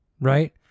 right